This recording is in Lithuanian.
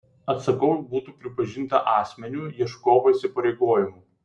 atsakovui būtų pripažinta asmeniniu ieškovo įsipareigojimu